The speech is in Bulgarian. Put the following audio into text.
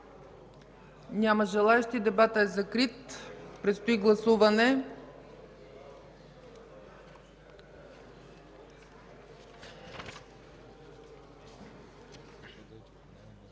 Няма желаещи. Дебатът е закрит. Предстои гласуване.